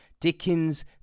Dickens